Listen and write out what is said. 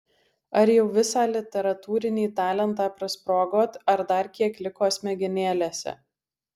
ar jau visą literatūrinį talentą prasprogot ar dar kiek liko smegenėlėse